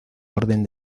orden